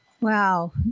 Wow